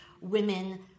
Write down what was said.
women